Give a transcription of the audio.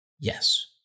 Yes